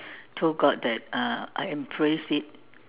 told God that uh I embrace it